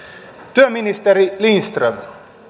työministeri lindström